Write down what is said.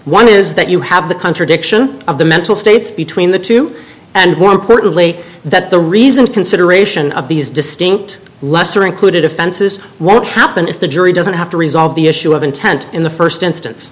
one is that you have the contradiction of the mental states between the two and more importantly that the reason consideration of these distinct lesser included offenses won't happen if the jury doesn't have to resolve the issue of intent in the first instance